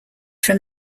from